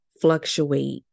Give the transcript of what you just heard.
fluctuate